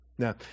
Now